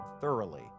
thoroughly